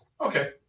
Okay